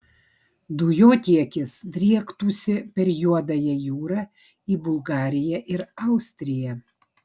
dujotiekis driektųsi per juodąją jūrą į bulgariją ir austriją